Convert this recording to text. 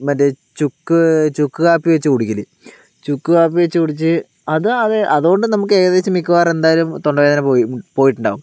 മറ്റേ ചുക്ക് ചുക്ക് കാപ്പി വെച്ചു കുടിക്കൽ ചുക്ക് കാപ്പി വെച്ച് കുടിച്ച് അതായത് അതുകൊണ്ട് നമുക്ക് ഏകദേശം മിക്കവാറും എന്തായാലും തൊണ്ടവേദന പോയി പോയിട്ടുണ്ടാവും